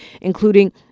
including